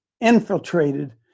infiltrated